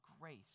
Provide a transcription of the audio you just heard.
grace